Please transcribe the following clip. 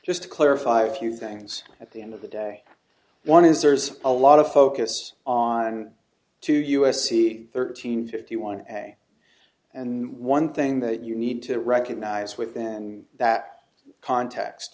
just to clarify a few things at the end of the day one is there's a lot of focus on two u s c thirteen fifty one and one thing that you need to recognize within that context